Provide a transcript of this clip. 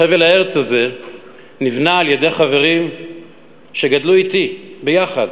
חבל הארץ הזה נבנה על-ידי חברים שגדלו אתי ביחד,